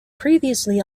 previously